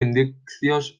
indicios